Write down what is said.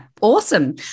awesome